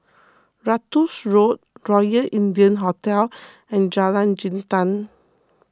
Ratus Road Royal India Hotel and Jalan Jintan